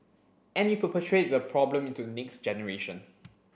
and you perpetuate the problem into the next generation